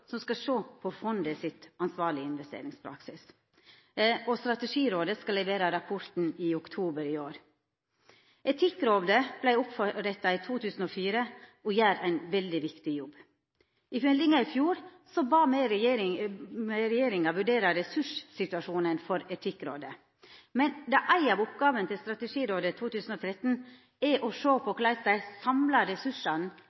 som skal sjå på fondet sin ansvarlege investeringspraksis. Strategirådet skal levera rapporten i oktober i år. Etikkrådet vart oppretta i 2004 og gjer ein veldig viktig jobb. I meldinga i fjor bad me regjeringa vurdera ressurssituasjonen for Etikkrådet. Da ei av oppgåvene til Strategirådet 2013 er å sjå på